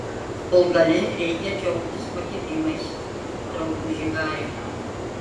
kol gali reikia džiaugtis pakilimais drauguži hari